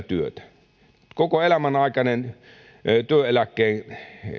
työtä koko elämänaikainen työeläkkeen